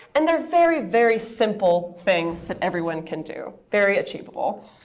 and they're very, very simple things that everyone can do very achievable.